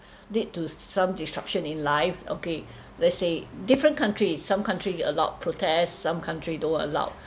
lead to some disruption in life okay let say different countries some country allows protest some country don't allow